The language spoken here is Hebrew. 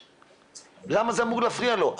למה זה אמור להפריע לו?